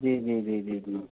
ਜੀ ਜੀ ਜੀ ਜੀ ਜੀ